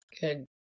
Good